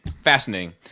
Fascinating